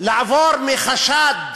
לעבור מחשד,